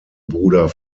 bruder